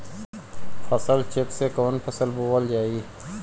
फसल चेकं से कवन फसल बोवल जाई?